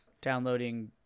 downloading